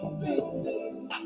baby